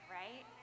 right